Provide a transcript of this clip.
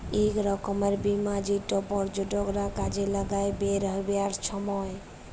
ইক রকমের বীমা যেট পর্যটকরা কাজে লাগায় বেইরহাবার ছময়